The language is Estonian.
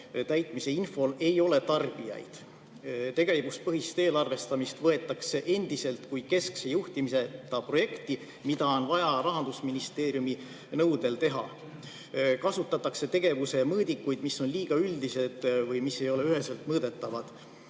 täitmise infol ei ole tarbijaid. Tegevuspõhist eelarvestamist võetakse endiselt kui keskse juhtimiseta projekti, mida on vaja Rahandusministeeriumi nõudel teha. Kasutatakse tegevuse mõõdikuid, mis on liiga üldised või mis ei ole üheselt mõõdetavad. Ma